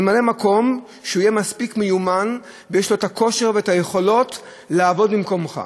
ממלא-מקום שיהיה מספיק מיומן ויש לו הכושר והיכולת לעבוד במקומך.